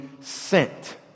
sent